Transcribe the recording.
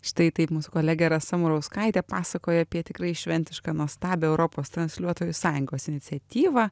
štai taip mūsų kolegė rasa murauskaitė pasakoja apie tikrai šventišką nuostabią europos transliuotojų sąjungos iniciatyvą